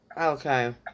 Okay